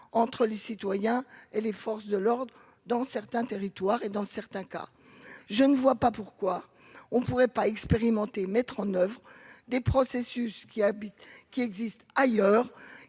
entre les citoyens et les forces de l'ordre dans certains territoires et dans certains cas, je ne vois pas pourquoi on ne pourrait pas mettre en oeuvre des processus qui habitent qui